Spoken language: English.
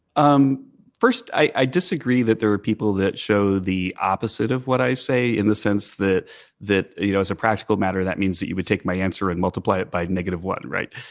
um first, i disagree that there are people that show the opposite of what i say, in the sense that that you know, as a practical matter that means that you would take my answer and multiply it by negative one, right?